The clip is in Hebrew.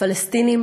הפלסטינים,